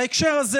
בהקשר הזה,